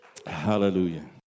Hallelujah